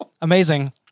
Amazing